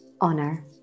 honor